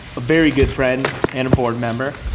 a very good friend, and a board member.